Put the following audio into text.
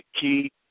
key